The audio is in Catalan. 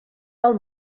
del